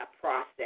process